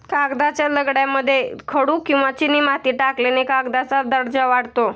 कागदाच्या लगद्यामध्ये खडू किंवा चिनीमाती टाकल्याने कागदाचा दर्जा वाढतो